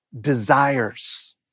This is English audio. desires